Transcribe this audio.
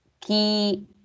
key